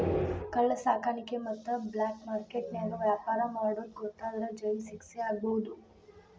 ಕಳ್ಳ ಸಾಕಾಣಿಕೆ ಮತ್ತ ಬ್ಲಾಕ್ ಮಾರ್ಕೆಟ್ ನ್ಯಾಗ ವ್ಯಾಪಾರ ಮಾಡೋದ್ ಗೊತ್ತಾದ್ರ ಜೈಲ್ ಶಿಕ್ಷೆ ಆಗ್ಬಹು